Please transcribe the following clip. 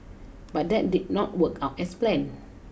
but that did not work out as planned